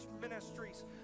ministries